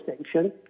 station